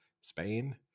Spain